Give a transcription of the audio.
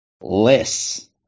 Less